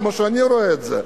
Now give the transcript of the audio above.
כמו שאני רואה את זה,